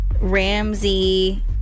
Ramsey